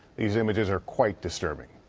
these images are quite disturbing.